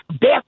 death